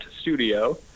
Studio